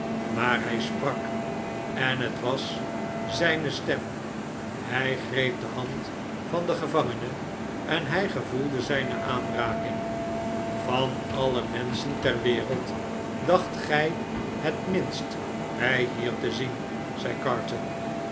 maar hij sprak en het was zijne stem hij greep de hand van den gevangene en hij gevoelde zijne aanraking van alle menschen ter wereld dacht gij het minst mij hier te zien zei carton